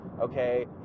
Okay